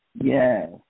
Yes